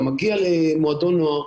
אתה מגיע למועדון נוער,